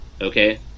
okay